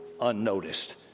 unnoticed